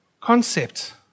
concept